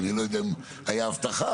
אני לא יודע אם הייתה הבטחה.